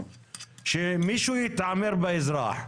שמישהו יתעמר באזרח.